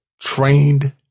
trained